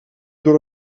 door